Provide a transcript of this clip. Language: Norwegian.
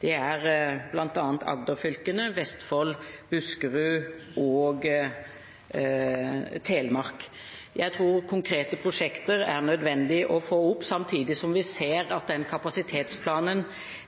bl.a. i Agder-fylkene, Vestfold, Buskerud og Telemark. Jeg tror det er nødvendig å få opp konkrete prosjekter. Samtidig ser vi